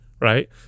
Right